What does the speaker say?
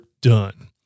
done